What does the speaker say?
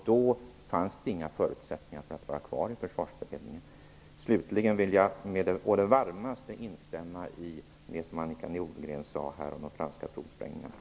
Då fanns det inga förutsättningar att vara kvar i Försvarsberedningen. Slutligen vill jag å det varmaste instämma i det som Annika Nordgren sade om de franska provsprängningarna.